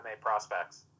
prospects